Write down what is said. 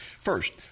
First